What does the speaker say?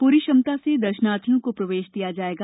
पूरी क्षमता से दर्शनार्थियों को प्रवेश दिया जाएगा